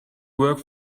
work